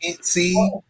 see